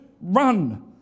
run